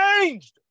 changed